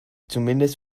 zumindest